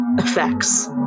effects